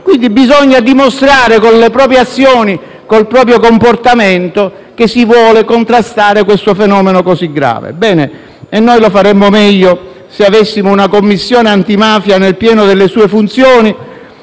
mafiosa. Bisogna dimostrare con le proprie azioni e col proprio comportamento che si vuole contrastare questo fenomeno così grave. E noi lo faremmo meglio se avessimo una Commissione antimafia nel pieno delle sue funzioni.